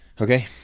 Okay